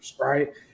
Right